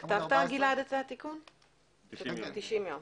90 יום.